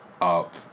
up